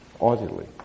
audibly